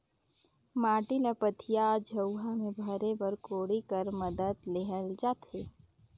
माटी ल पथिया, झउहा मे भरे बर कोड़ी कर मदेत लेहल जाथे